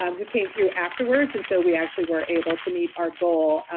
um who came through afterwards. and so we actually were able to meet our goal,